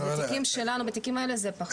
אז בתיקים האלה זה פחות.